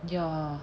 ya